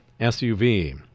SUV